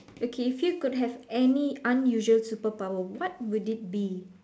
okay if you could have any unusual superpower what would it be